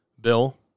Bill